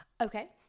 Okay